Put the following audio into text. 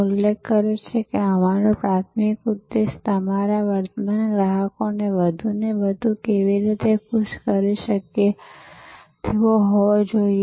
ઉપયોગ કરવામાં આવ્યો છે અને તમારા ઘરે પરત વિતરણ માટે સોંપવામાં આવે છે હવે રસપ્રદ વાત એ છે કે ઘણા નવા પ્રકારના સ્પર્ધકો છે જે હવે આવી રહ્યા છે તમે જાણો છો કે વિવિધ પ્રકારની ફાસ્ટ ફૂડ શ્રૃંખલા ભોજનાલય વિસ્તરી રહી છે